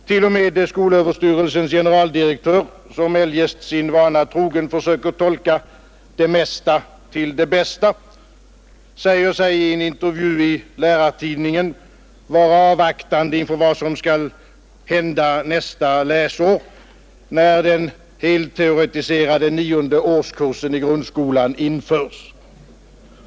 T. o. m. skolöverstyrelsens generaldirektör, som eljest sin vana trogen försöker tolka det mesta till det bästa, säger sig i en intervju i Lärartidningen vara avvaktande inför vad som skall hända nästa läsår när den helteoretiserade nionde årskursen i grundskolan införs.